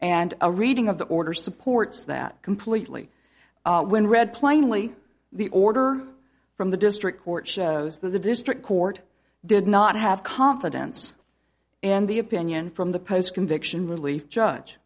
and a reading of the order supports that completely when read plainly the order from the district court shows that the district court did not have confidence in the opinion from the post conviction relief judge